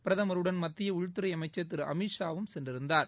பிரதமருடன் மத்திய உள்துறை அமைச்சர் திரு அமித்ஷாவும் சென்றிருந்தார்